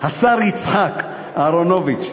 השר יצחק אהרונוביץ,